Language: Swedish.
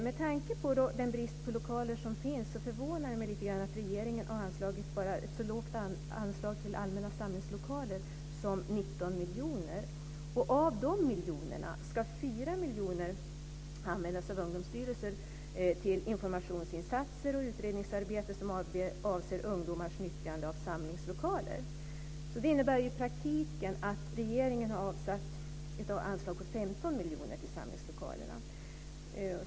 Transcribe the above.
Med tanke på den brist på lokaler som finns förvånar det mig lite grann att regeringen har ett så lågt anslag till allmänna samlingslokaler som 19 miljoner. Av de miljonerna ska 4 miljoner användas av Ungdomsstyrelsen till informationsinsatser och utredningsarbete som avser ungdomars nyttjande av samlingslokaler. Det innebär i praktiken att regeringen har avsatt ett anslag på 15 miljoner till samlingslokalerna.